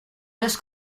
los